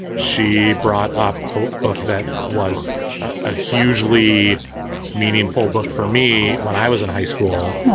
she brought up a book that was a hugely meaningful book for me when i was in high school,